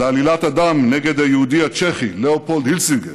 לעלילת הדם נגד היהודי הצ'כי לאופולד הילסנר,